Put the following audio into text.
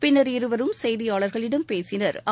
பின்னா் இருவரும் செய்தியாளா்களிடம் பேசினா்